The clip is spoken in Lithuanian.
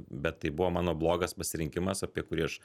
bet tai buvo mano blogas pasirinkimas apie kurį aš